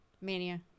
Mania